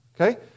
Okay